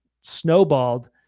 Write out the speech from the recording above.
snowballed